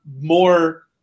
more